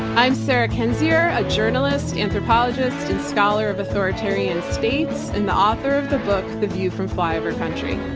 i'm sarah kendzior, a journalist, anthropologist, and scholar of authoritarian states and the author of the book the view from flyover country.